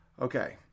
okay